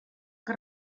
que